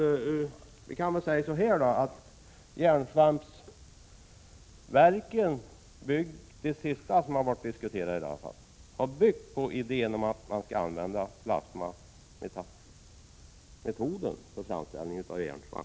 När man diskuterat järnsvampverk har man framför allt diskuterat att använda plasmametoden för framställning av järnsvamp.